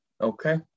Okay